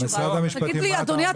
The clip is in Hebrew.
תגיד לי אדוני,